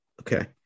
Okay